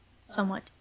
somewhat